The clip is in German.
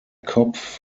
kopf